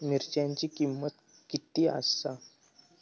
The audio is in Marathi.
मिरच्यांची किंमत किती आसा?